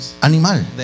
animal